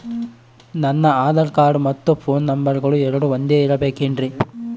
ನನ್ನ ಆಧಾರ್ ಕಾರ್ಡ್ ಮತ್ತ ಪೋನ್ ನಂಬರಗಳು ಎರಡು ಒಂದೆ ಇರಬೇಕಿನ್ರಿ?